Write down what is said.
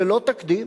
ללא תקדים,